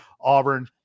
Auburn